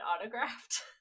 autographed